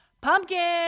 Pumpkin